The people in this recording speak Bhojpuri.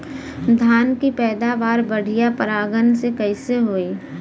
धान की पैदावार बढ़िया परागण से कईसे होई?